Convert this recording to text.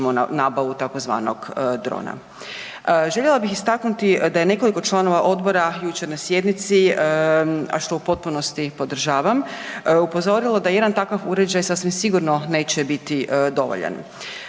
upozorilo da jedan takav uređaj sasvim sigurno neće biti dovoljan.